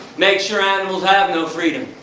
make sure animals have no freedom,